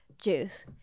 juice